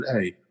hey